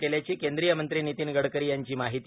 केल्याची केंद्रीय मंत्री नितीन गडकरी यांची माहिती